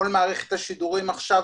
כל מערכת השידורים עכשיו,